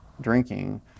drinking